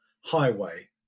highway